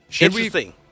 Interesting